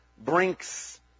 Brinks